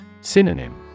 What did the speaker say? Synonym